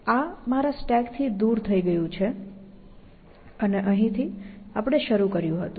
આ મારા સ્ટેકથી દૂર થઈ ગયું છે અને અહીં થી આપણે શરુ કર્યું હતું